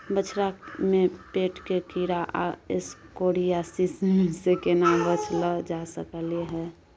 बछरा में पेट के कीरा आ एस्केरियासिस से केना बच ल जा सकलय है?